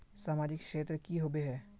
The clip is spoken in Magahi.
सामाजिक क्षेत्र की होबे है?